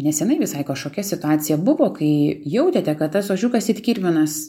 neseniai visai kažkokia situacija buvo kai jautėte kad tas ožiukas ir kirminas